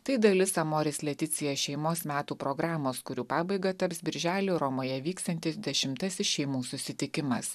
tai dalis amoris leticija šeimos metų programos kurių pabaiga taps birželį romoje vyksiantis dešimtasis šeimų susitikimas